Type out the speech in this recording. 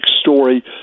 story